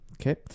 Okay